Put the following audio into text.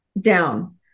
down